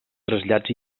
trasllats